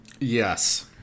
Yes